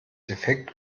defekt